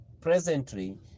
presently